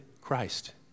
Christ